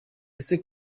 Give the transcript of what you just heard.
ese